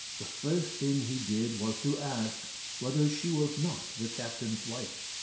the first thing he did was to ask whether she was not the captain's wife.